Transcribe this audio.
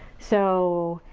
so,